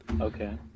Okay